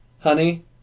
Honey